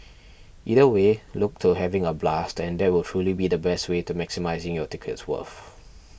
either way look to having a blast and that will truly be the best way to maximising your ticket's worth